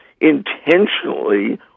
intentionally